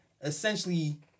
Essentially